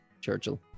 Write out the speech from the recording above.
Churchill